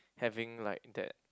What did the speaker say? having like that